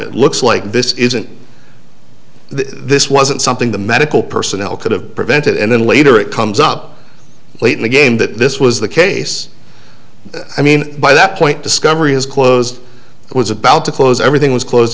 it looks like this isn't this wasn't something the medical personnel could have prevented and then later it comes up late in the game that this was the case i mean by that point discovery is closed it was about to close everything was closed